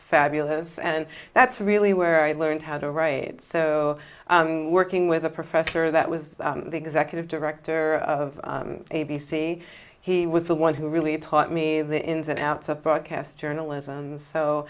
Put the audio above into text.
fabulous and that's really where i learned how to write so working with a professor that was the executive director of a b c he was the one who really taught me the ins and outs of broadcast journalism so